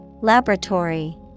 Laboratory